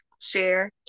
share